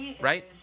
right